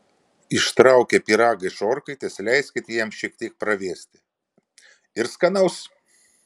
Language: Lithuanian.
ištraukę pyragą iš orkaitės leiskite jam šiek tiek pravėsti ir skanaus